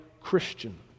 Christian